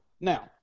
Now